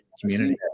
community